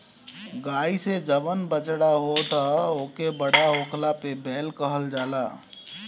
गाई से जवन बछड़ा होत ह ओके बड़ होखला पे बैल कहल जाई